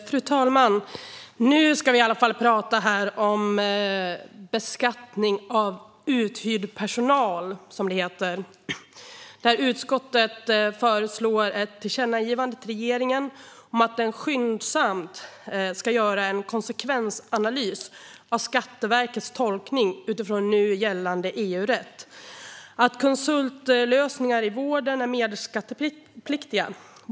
Fru talman! Nu ska vi tala om beskattning av uthyrd personal, som det heter, där utskottet föreslår ett tillkännagivande till regeringen om att den skyndsamt ska göra en konsekvensanalys av Skatteverkets tolkning utifrån nu gällande EU-rätt att konsultlösningar i vården är mervärdesskattepliktiga.